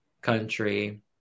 country